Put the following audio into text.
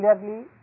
clearly